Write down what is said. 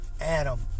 Adam